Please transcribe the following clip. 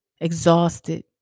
exhausted